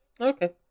Okay